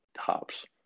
Tops